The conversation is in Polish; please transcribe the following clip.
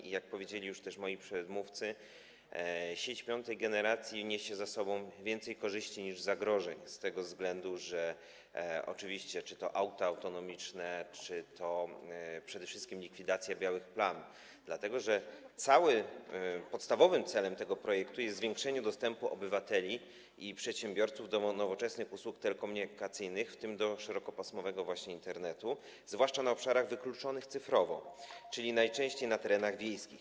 I jak powiedzieli już moi przedmówcy, sieć piątej generacji niesie ze sobą więcej korzyści niż zagrożeń z tego względu, że chodzi czy to o auta autonomiczne, czy to przede wszystkim o likwidację białych plam, dlatego że podstawowym celem tego projektu jest zwiększenie dostępu obywateli i przedsiębiorców do nowoczesnych usług telekomunikacyjnych, w tym do szerokopasmowego Internetu, zwłaszcza na obszarach wykluczonych cyfrowo, czyli najczęściej na terenach wiejskich.